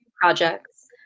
projects